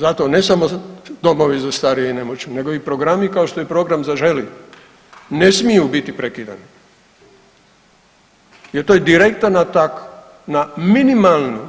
Zato, ne samo domovi za starije i nemoćne, nego i programi, kao što je program Zaželi, ne smiju biti prekidani jer to je direktan atak na minimalnu